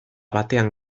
batean